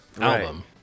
album